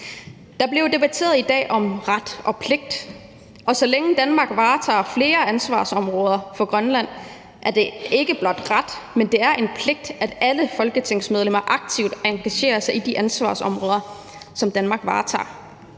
dag blevet debatteret om ret og pligt, og så længe Danmark varetager flere ansvarsområder for Grønland, er det ikke blot en ret, men en pligt for alle folketingsmedlemmer, at de aktivt skal engagere sig i de ansvarsområder, som Danmark varetager.